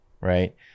right